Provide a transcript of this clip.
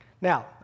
Now